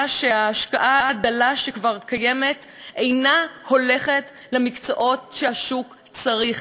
שההשקעה הדלה שכבר קיימת אינה הולכת למקצועות שהשוק צריך,